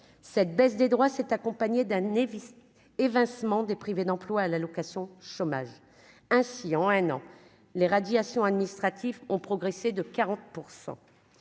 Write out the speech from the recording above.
cette baisse des droits s'est accompagné d'un Nevis évincement des privés d'emploi, l'allocation chômage ainsi en un an, les radiations administratives ont progressé de 40